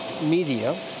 media